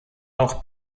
auch